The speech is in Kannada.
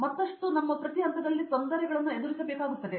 ಮತ್ತಷ್ಟು ನಮ್ಮ ಪ್ರತಿ ಹಂತದಲ್ಲಿ ತೊಂದರೆಗಳನ್ನು ಎದುರಿಸಬೇಕಾಗುತ್ತದೆ